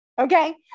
Okay